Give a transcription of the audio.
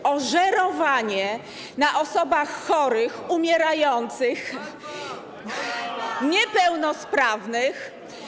Chodzi o żerowanie na osobach chorych, umierających, niepełnosprawnych.